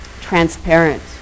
transparent